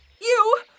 You-